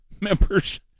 members